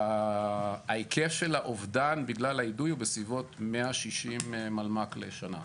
ההיקף של האובדן בגלל האידוי הוא בסביבות 160 מלמ"ק לשנה.